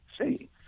see